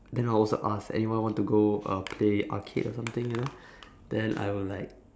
then I will also ask anyone want to go uh play arcade or something you know then I would like